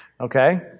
Okay